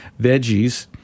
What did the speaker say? veggies